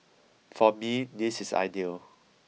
for me this is ideal